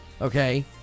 Okay